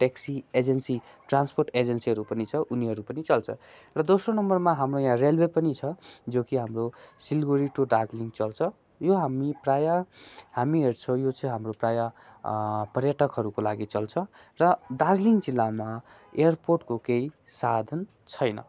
taxi agency transport एजेन्सीहरू पनि छ उनीहरू पनि चल्छ र दोस्रो नम्बरमा हाम्रो यहाँ रेलवे पनि छ जो कि हाम्रो सिलगढी टू दार्जिलिङ चल्छ यो हामी प्रायः हामी हेर्छौँ यो चाहिँ हाम्रो प्रायः पर्यटकहरूको लागि चल्छ र दार्जिलिङ जिल्लामा एयरपोर्टको केही साधन छैन